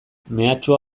mehatxua